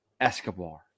Escobar